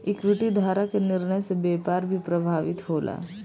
equity धारक के निर्णय से व्यापार भी प्रभावित होला